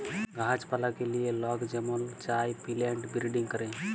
গাহাছ পালাকে লিয়ে লক যেমল চায় পিলেন্ট বিরডিং ক্যরে